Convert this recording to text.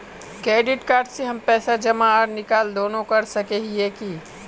Credit card से हम पैसा जमा आर निकाल दोनों कर सके हिये की?